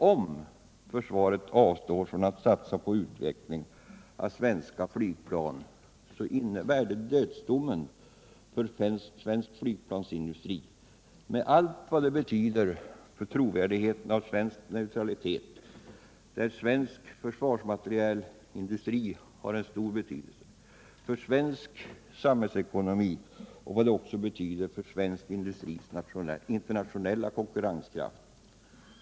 Om försvaret avstår från att satsa på utveckling av svenska flygplan innebär det dödsdomen för svensk flygplansindustri, med allt vad det betyder för trovärdigheten av svensk neutralitet. Svensk försvarsmaterielindustri har också stor betydelse för svensk samhällsekonomi och för svensk industris internationella konkurrenskraft.